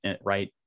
right